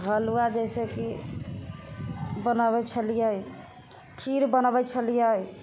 हलुआ जइसेकि बनबै छलिए खीर बनबै छलिए